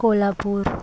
Kolhapur